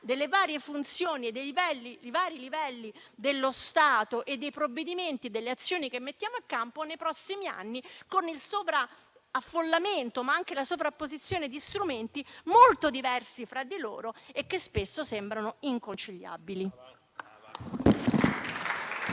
delle varie funzioni e dei vari livelli dello Stato e dei provvedimenti e delle azioni che mettiamo in campo nei prossimi anni con il sovraffollamento, ma anche la sovrapposizione di strumenti molto diversi fra di loro e che spesso sembrano inconciliabili.